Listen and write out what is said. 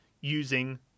using